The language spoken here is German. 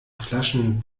flaschen